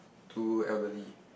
two elderly